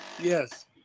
Yes